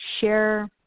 share